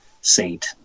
Saint